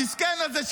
המסכן הזה,